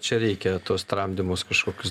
čia reikia tuos tramdymus kažkokius